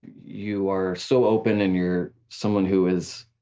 you are so open and you're someone who is